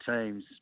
teams